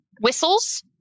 whistles